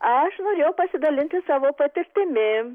aš norėjau pasidalinti savo patirtimi